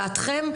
תנוח דעתכם,